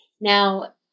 Now